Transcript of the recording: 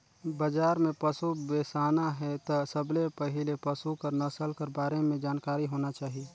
बजार में पसु बेसाना हे त सबले पहिले पसु कर नसल कर बारे में जानकारी होना चाही